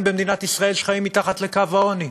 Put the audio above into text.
במדינת ישראל שחיים מתחת לקו העוני.